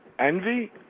envy